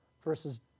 versus